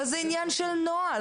אבל זה עניין של נוהל.